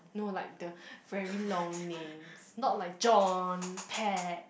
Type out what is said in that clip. no like the very long names not like John Ted